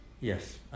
yes